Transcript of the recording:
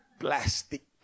plastic